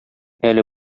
әле